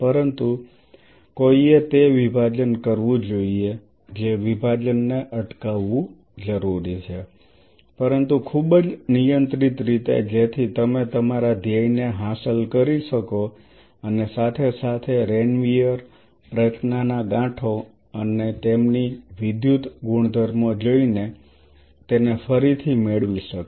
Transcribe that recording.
પરંતુ કોઈએ તે વિભાજન કરવું જોઈએ જે વિભાજનને અટકાવવું જરૂરી છે પરંતુ ખૂબ જ નિયંત્રિત રીતે જેથી તમે તમારા ધ્યેયને હાંસલ કરી શકો અને સાથે સાથે રેનવીઅર રચનાના ગાંઠો અને તેમની વિદ્યુત ગુણધર્મો જોઈને તેને ફરીથી મેળવી શકો